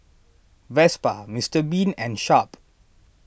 Vespa Mister Bean and Sharp